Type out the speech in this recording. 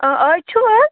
آ آز چھُو حظ